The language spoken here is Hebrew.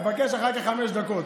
תבקש אחר כך חמש דקות,